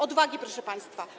Odwagi, proszę państwa.